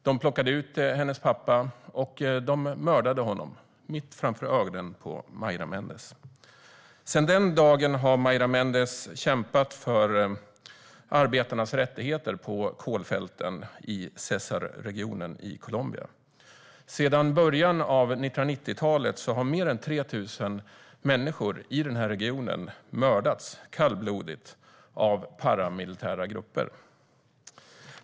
De tog ut hennes pappa och mördade honom mitt framför ögonen på Maira. Sedan den dagen har Maira Méndez kämpat för arbetarnas rättigheter på kolfälten i Cesarregionen i Colombia. Sedan början av 1990-talet har fler än 3 000 människor i denna region mördats kallblodigt av paramilitära grupper.